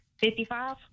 Fifty-five